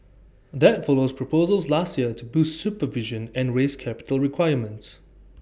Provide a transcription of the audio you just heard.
that follows proposals last year to boost supervision and raise capital requirements